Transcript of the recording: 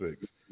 six